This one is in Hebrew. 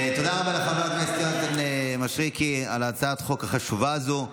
תודה רבה לחבר הכנסת יונתן מישרקי על הצעת החוק החשובה הזו.